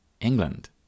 England